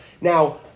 now